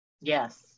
Yes